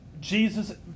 Jesus